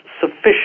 sufficient